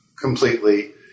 completely